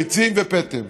ביצים ופטם,